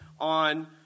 on